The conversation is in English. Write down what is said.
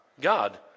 God